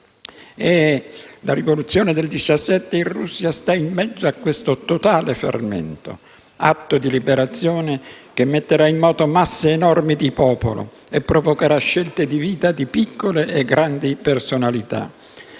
La rivoluzione del '17, in Russia, sta in mezzo a questo totale fermento. Atto di liberazione, che metterà in moto masse enormi di popolo e provocherà scelte di vita di piccole e grandi personalità.